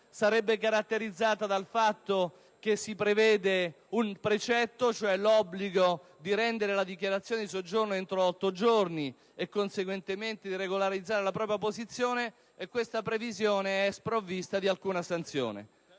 sarebbe caratterizzata dal fatto che si prevede un precetto, l'obbligo di rendere la dichiarazione entro otto giorni e conseguentemente di regolarizzare la propria posizione, sprovvisto di sanzione.